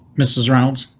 mrs reynolds.